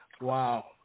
Wow